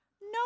No